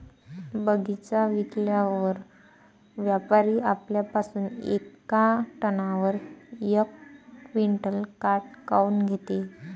बगीचा विकल्यावर व्यापारी आपल्या पासुन येका टनावर यक क्विंटल काट काऊन घेते?